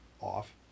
off